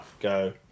go